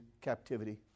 captivity